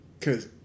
cause